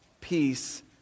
Peace